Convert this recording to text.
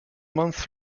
month